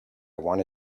want